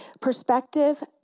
perspective